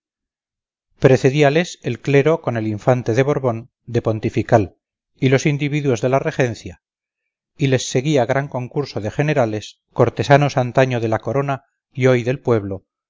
más precedíales el clero con el infante de borbón de pontifical y los individuos de la regencia y les seguía gran concurso de generales cortesanos antaño de la corona y hoy del pueblo